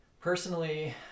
personally